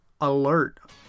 alert